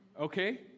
okay